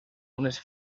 unes